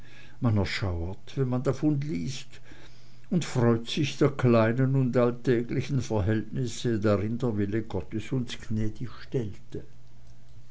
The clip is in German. man erschauert wenn man davon liest und freut sich der kleinen und alltäglichen verhältnisse drin der wille gottes uns gnädig stellte